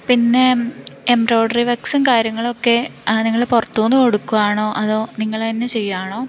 പിന്നെ എംബ്രോയ്ഡറി വർക്ക്സും കാര്യങ്ങളുമൊക്കെ നിങ്ങൾ പുറത്തുനിന്ന് കൊടുക്കുവാണോ അതോ നിങ്ങൾ തന്നെ ചെയ്യുവാണോ